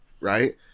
right